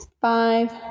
five